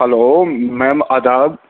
hello ma'am آداب